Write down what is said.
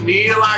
Neil